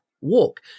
walk